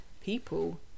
people